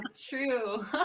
true